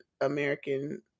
American